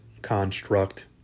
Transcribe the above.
Construct